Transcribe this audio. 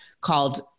called